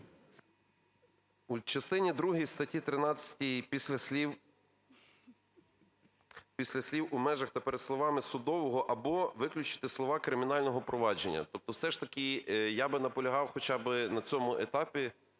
13 після слів, після слів "у межах" та перед словами "судового або" виключити слова "кримінального провадження". Тобто все ж таки я би наполягав хоча би на цьому етапі,